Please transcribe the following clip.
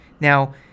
Now